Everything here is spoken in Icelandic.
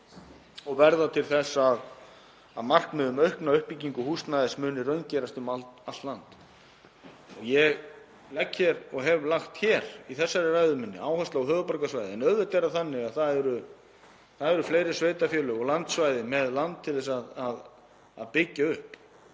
og verða til þess að markmið um aukna uppbyggingu húsnæðis muni raungerast um allt land. Ég legg hér og hef lagt í þessari ræðu minni áherslu á höfuðborgarsvæðið en auðvitað eru fleiri sveitarfélög og landsvæði með land til að byggja upp.